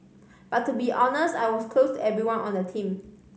but to be honest I was close to everyone on the team